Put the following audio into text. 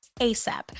ASAP